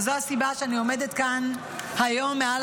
וזו הסיבה שאני עומדת כאן היום מעל